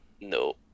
no